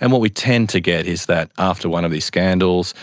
and what we tend to get is that after one of these scandals